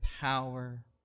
power